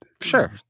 Sure